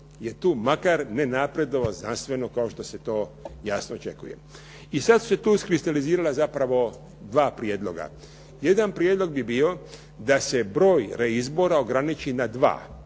je tu makar nenapredovao znanstveno kao što se to jasno očekuje. I sad su se tu iskristalizirala zapravo dva prijedloga. Jedan prijedlog bi bio da se broj reizbora ograničiti na dva,